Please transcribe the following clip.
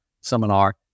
seminar